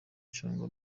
cyangwa